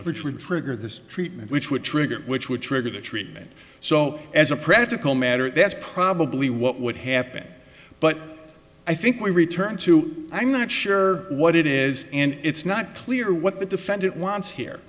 would trigger this treatment which would trigger it which would trigger the treatment so as a practical matter that's probably what would happen but i think we return to i'm not sure what it is and it's not clear what the defendant wants here